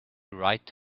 right